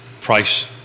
price